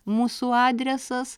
mūsų adresas